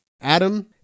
Adam